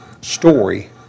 story